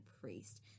Priest